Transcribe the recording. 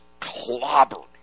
clobbered